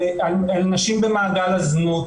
על נשים במעגל הזנות,